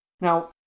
Now